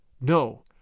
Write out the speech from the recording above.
No